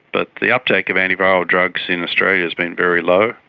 but the uptake of anti-viral drugs in australia has been very low.